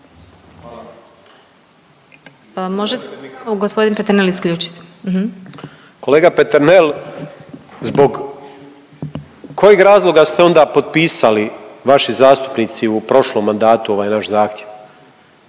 Možete samo gospodine Peternel isključiti? **Grmoja, Nikola (MOST)** Kolega Peternel, zbog kojeg razloga ste onda potpisali vaši zastupnici u prošlom mandatu ovaj naš zahtjev.